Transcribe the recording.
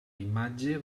imatge